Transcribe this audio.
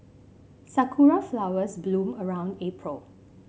Sakura flowers bloom around April